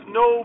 no